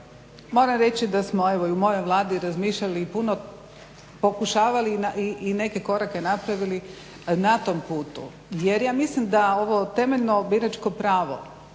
moram reći da smo evo i u mojoj Vladi razmišljali i puno pokušavali i neke korake napravili na tom putu jer ja mislim da ovo temeljno biračko pravo